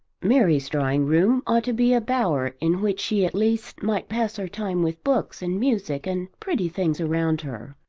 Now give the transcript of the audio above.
mary's drawing-room ought to be a bower in which she at least might pass her time with books and music and pretty things around her.